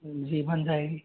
जी बन जाएगी